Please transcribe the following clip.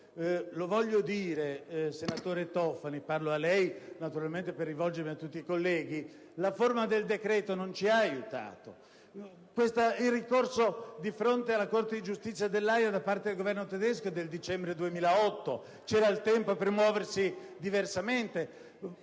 lo voglio dire, senatore Tofani, parlo a lei naturalmente per rivolgermi a tutti i colleghi - la forma del decreto non ci ha aiutato. Il ricorso di fronte alla Corte di giustizia dell'Aja da parte del Governo tedesco è del dicembre 2008. Vi era il tempo per muoversi diversamente;